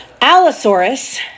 Allosaurus